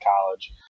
college